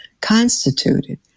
constituted